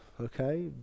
okay